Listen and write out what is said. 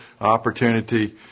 opportunity